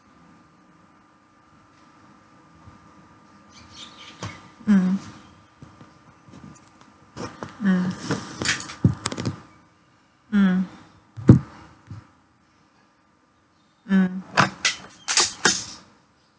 mm mm mm mm